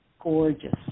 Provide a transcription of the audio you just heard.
gorgeous